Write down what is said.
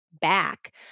back